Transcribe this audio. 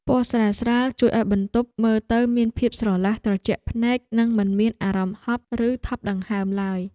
ពណ៌ស្រាលៗជួយឱ្យបន្ទប់មើលទៅមានភាពស្រឡះត្រជាក់ភ្នែកនិងមិនមានអារម្មណ៍ហប់ឬថប់ដង្ហើមឡើយ។